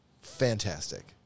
fantastic